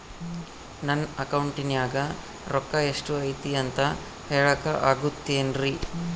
ನನ್ನ ಅಕೌಂಟಿನ್ಯಾಗ ರೊಕ್ಕ ಎಷ್ಟು ಐತಿ ಅಂತ ಹೇಳಕ ಆಗುತ್ತೆನ್ರಿ?